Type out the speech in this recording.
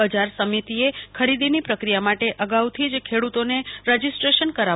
બજાર સમિતિએ ખરીદીની પ્રક્રિયા માટે અગાઉથી જ ખેડૂતોને રજીસ્ટ્રેશન કરાવવાનું રહેશે